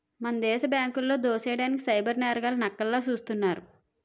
మన దేశ బ్యాంకులో దోసెయ్యడానికి సైబర్ నేరగాళ్లు నక్కల్లా సూస్తున్నారు